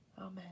amen